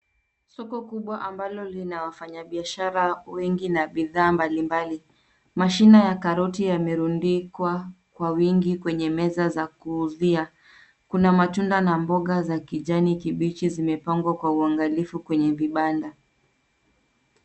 Soko kubwa ambalo lina wafanyabiashara wengi na bidhaa mbalimbali. Mashina ya karoti yamerundikwa kwa wingi kwenye meza za kuuzia. Kuna matunda na mboga za kijani kibichi zimepangwa kwa uangalifu kwenye vibanda.